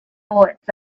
bullets